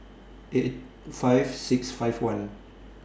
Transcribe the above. eight five six five one